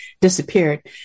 disappeared